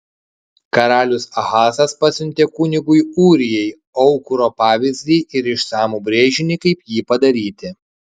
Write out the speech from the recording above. karalius ahazas pasiuntė kunigui ūrijai aukuro pavyzdį ir išsamų brėžinį kaip jį padaryti